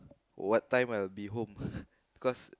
what time I'll be home because